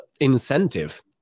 incentive